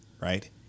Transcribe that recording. Right